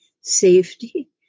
safety